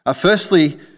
Firstly